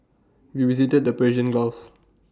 we visited the Persian gulf